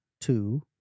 two